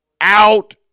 out